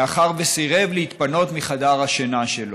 מאחר שסירב להתפנות מחדר השינה שלו.